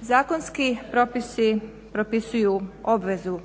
Zakonski propisi propisuju obvezu